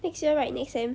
next year right next sem